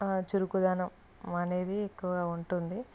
చురుకుదనం అనేది ఎక్కువ ఉంటుంది